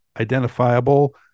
identifiable